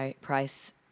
price